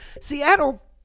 Seattle